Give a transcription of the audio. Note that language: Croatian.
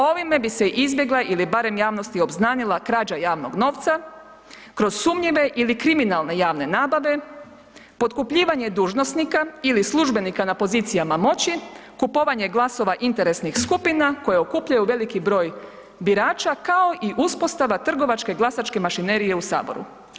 Ovime bi se izbjegla ili barem javnosti obznanila krađa javnog novca kroz sumnjive ili kriminalne javne nabave, potkupljivanje dužnosnika ili službenika na pozicijama moći, kupovanje glasova interesnih skupina koje okupljaju veliki broj birača, kao i uspostava trgovačke glasačke mašinerije u Saboru.